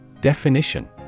DEFINITION